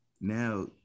now